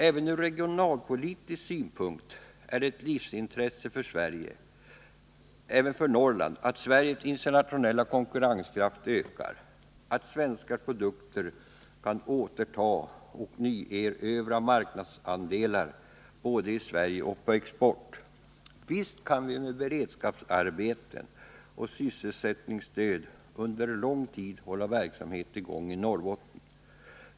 Även ur regionalpolitisk synpunkt är det ett livsintresse för Norrland att Sveriges internationella konkurrenskraft ökar, att svenska produkter kan återta och nyerövra marknadsandelar både i Sverige och när det gäller export. Visst kan vi med beredskapsarbeten och sysselsättningsstöd under lång tid hålla verksamhet i gång i Norrbotten.